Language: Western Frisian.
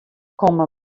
komme